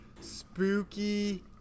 spooky